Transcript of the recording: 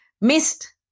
missed